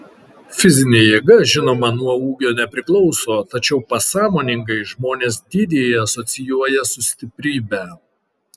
fizinė jėga žinoma nuo ūgio nepriklauso tačiau pasąmoningai žmonės dydį asocijuoja su stiprybe